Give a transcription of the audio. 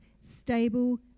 stable